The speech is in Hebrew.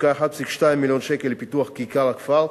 הושקעו 1.2 מיליון שקל לפיתוח כיכר הכפר,